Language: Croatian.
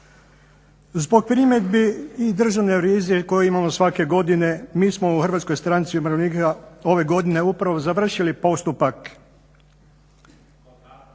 Zbog primjedbi i državne revizije koju imamo svake godine mi smo u Hrvatskoj stranci umirovljenika ove godine upravo završili postupak